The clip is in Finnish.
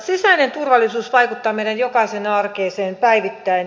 sisäinen turvallisuus vaikuttaa meidän jokaisen arkeen päivittäin